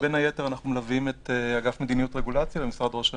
ובין היתר אנחנו מלווים את אגף מדיניות רגולציה במשרד ראש הממשלה.